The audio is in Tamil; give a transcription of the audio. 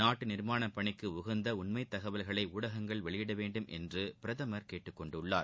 நாட்டு நிர்மாண பணிக்கு உகந்த உண்மைத் தகவல்களை ஊடகங்கள் வெளியிட வேண்டும் என்று பிரதமர் கேட்டுக் கொண்டுள்ளார்